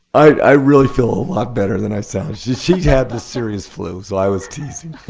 i really feel a lot better than i sound. she had the serious flu so i was teasing.